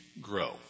grow